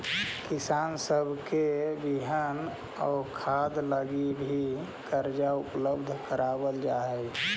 किसान सब के बिहन आउ खाद लागी भी कर्जा उपलब्ध कराबल जा हई